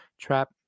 Trap